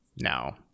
no